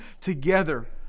together